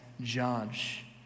Judge